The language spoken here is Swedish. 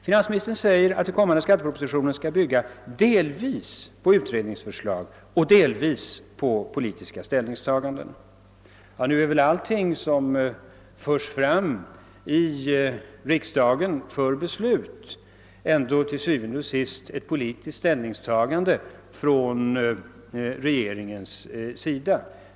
Finansministern säger att den kommande skattepropositionen skall bygga >»delvis på utredningsförslag« och »delvis på politiska ställningstaganden«. Ja, nu är väl allting som förs fram i riksdagen för beslut ändå till syvende og sidst ett politiskt ställningstagande från regeringens sida.